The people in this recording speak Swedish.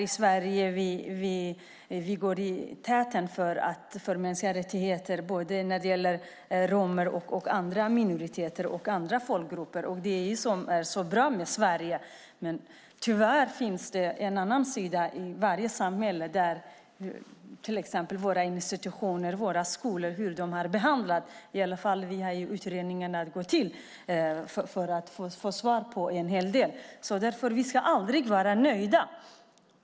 I Sverige går vi i täten för mänskliga rättigheter när det gäller romer, andra minoriteter och andra folkgrupper. Det är vad som är så bra med Sverige. Men tyvärr finns det en annan sida i varje samhälle. Det gäller till exempel hur till exempel våra institutioner och skolor har behandlat människor. Vi har utredningen att gå till för att få svar på en hel del frågor. Därför ska vi aldrig vara nöjda.